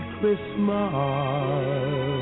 Christmas